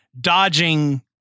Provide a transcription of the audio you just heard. dodging